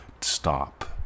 stop